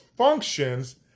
Functions